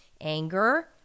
anger